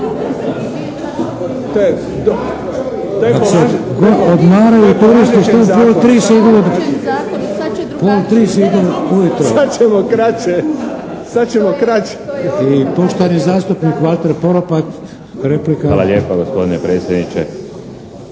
Hvala lijepa gospodine predsjedniče.